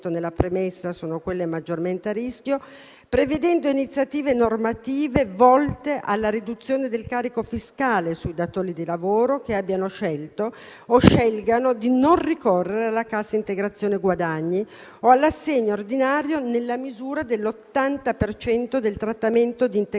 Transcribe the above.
prevedendo iniziative normative volte alla riduzione del carico fiscale sui datori di lavoro che abbiano scelto o scelgano di non ricorrere alla cassa integrazione guadagni o all'assegno ordinario nella misura dell'80 per cento del trattamento di integrazione